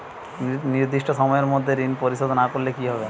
নির্দিষ্ট সময়ে মধ্যে ঋণ পরিশোধ না করলে কি হবে?